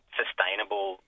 sustainable